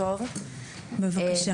בבקשה.